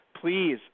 Please